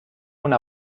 una